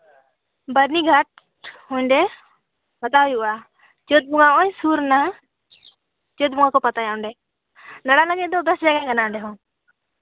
ᱵᱟᱹᱨᱱᱤᱜᱷᱟᱴ ᱚᱸᱰᱮ ᱯᱟᱛᱟ ᱦᱩᱭᱩᱜᱼᱟ ᱪᱟᱹᱛ ᱵᱚᱸᱜᱟ ᱦᱚᱸᱜᱼᱚᱭ ᱥᱩᱨᱱᱟ ᱪᱟᱹᱛ ᱵᱚᱸᱜᱟ ᱠᱚ ᱯᱟᱛᱟᱭᱟ ᱚᱸᱰᱮ ᱫᱟᱬᱟᱱ ᱞᱟᱹᱜᱤᱫ ᱫᱚ ᱵᱮᱥ ᱡᱟᱭᱜᱟ ᱠᱟᱱᱟ ᱚᱸᱰᱮ ᱦᱚᱸ